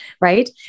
right